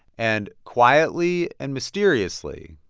and quietly and mysteriously,